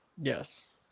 yes